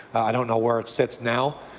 i don't know where it sits now,